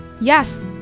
Yes